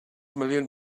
million